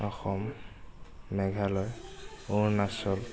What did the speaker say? Assam Meghalaya Arunachal